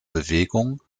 bewegung